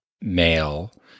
male